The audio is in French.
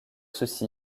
ceci